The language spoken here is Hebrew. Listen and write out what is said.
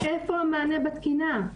איפה המענה בתקינה?